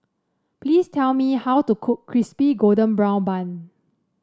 please tell me how to cook Crispy Golden Brown Bun